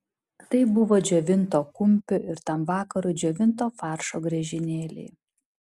tai buvo džiovinto kumpio ir tam vakarui džiovinto faršo griežinėliai